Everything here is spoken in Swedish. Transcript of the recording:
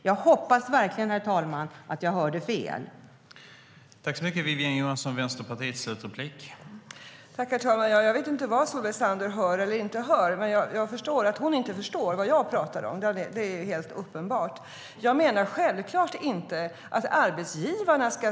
Jag hoppas verkligen att jag hörde fel, herr talman.